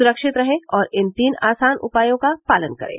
सुरक्षित रहें और इन तीन आसान उपायों का पालन करें